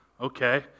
Okay